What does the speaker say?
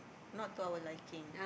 not to our liking